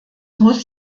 muss